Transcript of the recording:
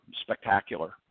spectacular